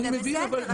זה בסדר,